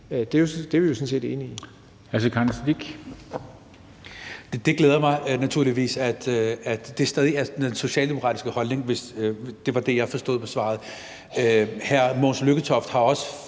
Kl. 11:12 Sikandar Siddique (FG): Det glæder mig naturligvis, at det stadig er den socialdemokratiske holdning – det var det, jeg forstod på svaret. Hr. Mogens Lykketoft har også